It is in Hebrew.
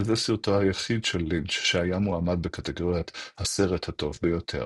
וזהו סרטו היחיד של לינץ' שהיה מועמד בקטגוריית הסרט הטוב ביותר.